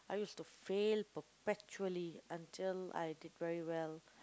I used to fail perpetually until I did very well